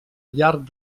llarg